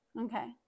Okay